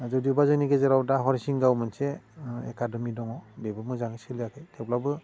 आरो जुदिवबा जोंनि गेजेराव दा हरिसिंगायाव मोनसे एकाडेमि दङ बेबो मोजाङै सोलियाखै थेवब्लाबो